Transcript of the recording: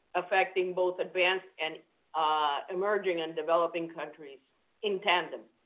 affecting both advanced and emerging and developing countries in tandem.